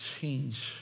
change